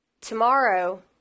Tomorrow